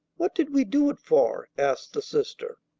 what did we do it for? asked the sister.